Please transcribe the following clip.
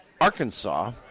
Arkansas